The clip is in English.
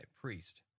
priest